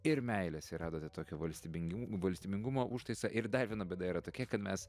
ir meilės ir radote tokio valstybingiu valstybingumo užtaisą ir dar viena bėda yra tokia kad mes